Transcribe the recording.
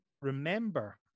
remember